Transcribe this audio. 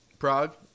Prague